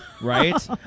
right